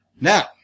Now